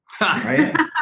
right